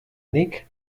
nik